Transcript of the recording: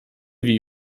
wie